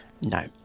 No